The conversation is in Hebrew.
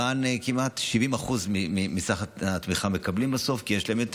ער"ן מקבלת כמעט 70% מסך התמיכה, כי יש להם יותר.